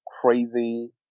crazy